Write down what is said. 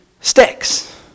sticks